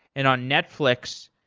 and on netflix,